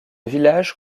village